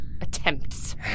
attempts